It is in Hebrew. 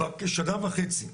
כבר כשנה וחצי,